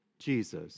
Jesus